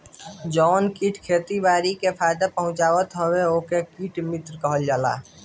जवन कीट खेती बारी के फायदा पहुँचावत हवे ओके कीट मित्र कहल जाला